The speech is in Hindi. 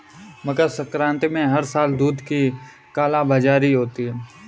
मकर संक्रांति में हर साल दूध की कालाबाजारी होती है